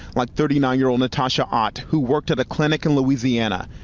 like thirty nine year-old natasha ott who worked at a clinic in louisiana.